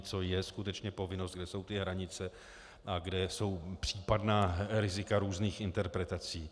Co je skutečně povinnost, kde jsou ty hranice a kde jsou případná rizika různých interpretací.